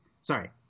Sorry